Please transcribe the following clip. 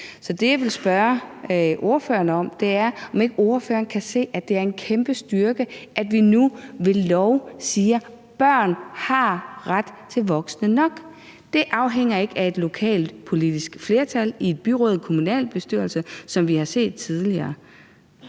Så det, jeg vil spørge ordføreren om, er, om ikke ordføreren kan se, at det er en kæmpe styrke, at vi nu ved lov siger: Børn har ret til voksne nok. Det afhænger ikke af et lokalt politisk flertal i et byråd eller en kommunalbestyrelse, sådan som vi har set tidligere.